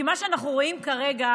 כי מה שאנחנו רואים כרגע